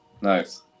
Nice